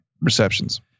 receptions